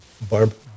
Barb